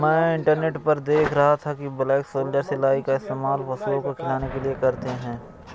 मैं इंटरनेट पर देख रहा था कि ब्लैक सोल्जर सिलाई का इस्तेमाल पशुओं को खिलाने के लिए करते हैं